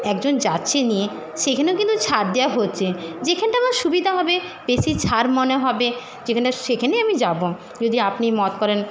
একজন যাচ্ছে নিয়ে সেখানেও কিন্তু ছাড় দেওয়া হচ্ছে যেখানটা আমার সুবিধা হবে বেশি ছাড় মনে হবে যেখানটা সেখানেই আমি যাবো যদি আপনি মত করেন